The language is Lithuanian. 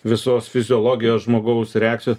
visos fiziologijos žmogaus reakcijos